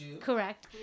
correct